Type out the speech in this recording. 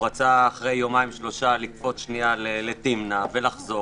הוא רצה אחרי יומיים, שלושה לקפוץ לתמנע ולחזור.